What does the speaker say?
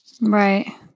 Right